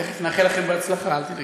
תכף נאחל לכם הצלחה, אל תדאגי.